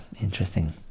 interesting